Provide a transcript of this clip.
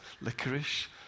Licorice